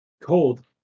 cold